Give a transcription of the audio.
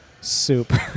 soup